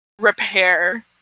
repair